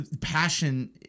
passion